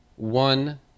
one